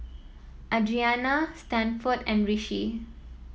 Adrianna Stanford and Rishi